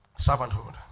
Servanthood